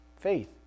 Faith